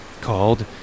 called